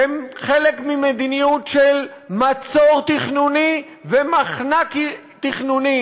כחלק ממדיניות של מצור תכנוני ומחנק תכנוני